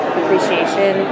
appreciation